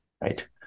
right